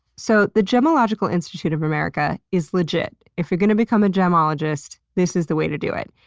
so the gemological institute of america is legit. if you're going to become a gemologist, this is the way to do it.